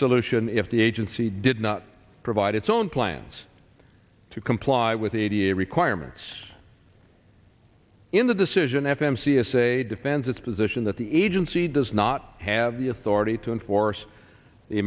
solution if the agency did not provide its own plans to comply with the idea requirements in the decision f m c s a defends its position that the agency does not have the authority to enforce the